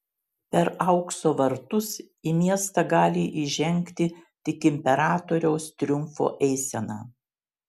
per aukso vartus į miestą gali įžengti tik imperatoriaus triumfo eisena